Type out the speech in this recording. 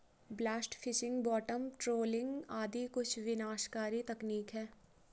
blast fishing, bottom trawling आदि कुछ विनाशकारी तकनीक है